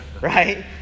Right